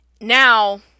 Now